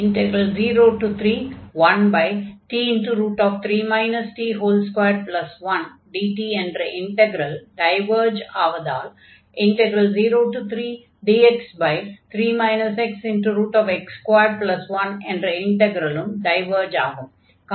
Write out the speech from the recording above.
031t3 t21dt என்ற integral diverge ஆவதால் 03dx3 xx21 என்ற இன்டக்ரலும் டைவர்ஜ் ஆகும்